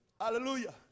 Hallelujah